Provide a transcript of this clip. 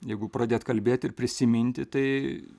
jeigu pradėt kalbėt ir prisiminti tai